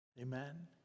Amen